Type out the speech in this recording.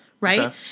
Right